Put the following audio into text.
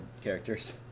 characters